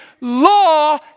law